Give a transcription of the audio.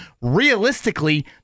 Realistically